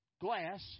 glass